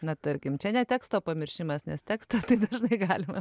na tarkim čia ne teksto pamiršimas nes tekstą tai dažnai galima